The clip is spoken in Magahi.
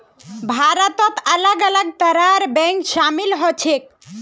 भारतत अलग अलग तरहर बैंक शामिल ह छेक